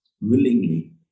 Willingly